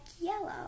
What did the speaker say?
yellow